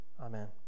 Amen